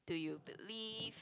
do you believe